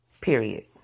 Period